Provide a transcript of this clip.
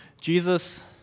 Jesus